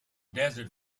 desert